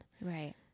right